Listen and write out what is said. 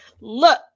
Look